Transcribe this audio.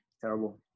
Terrible